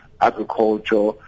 agriculture